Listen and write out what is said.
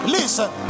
Listen